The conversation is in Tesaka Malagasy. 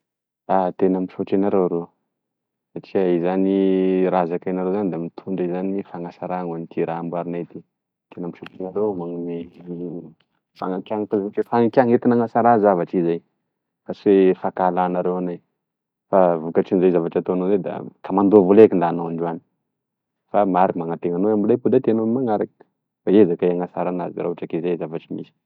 Ah tena misaoty anareo ro satria e zany raha zakanareo zany da midr- fanasara ho anay ty raha amboarinay ety ankety anasara zavatry e zay fa sy fakahalanreo anay fa vokatran'izay zavatra ataonao zay da ka mandoa vola eky nda anao androany fa ma- manantena mbola hipody aty anao ame manaraky fa iezaky ay anasara azy raha ohatry e zay zavatry misy.